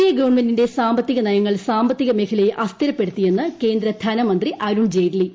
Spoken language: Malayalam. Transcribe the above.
എ ഗവൺമെന്റിന്റെ സാമ്പത്തിക നയങ്ങൾ സാമ്പത്തിക മേഖലയെ അസ്ഥിരപ്പെടുത്തിയെന്ന് കേന്ദ്ര ധനമന്ത്രി അരുൺ ജെയ്റ്റ്ലി